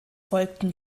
folgten